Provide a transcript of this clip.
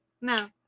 No